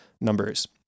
numbers